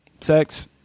sex